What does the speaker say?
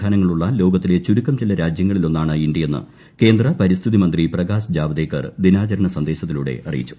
സംവിധാനങ്ങളുള്ള ലോകത്തിലെ ചുരുക്കം ചില രാജ്യങ്ങളിലൊന്നാണ് ഇന്ത്യയെന്ന് കേന്ദ്ര പരിസ്ഥിതി മന്ത്രി പ്രകാശ് ജാവ്ദേക്കർ ദിനാചരണ സന്ദേശത്തിലൂടെ അറിയിച്ചു